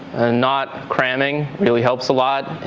not cramming really helps a lot.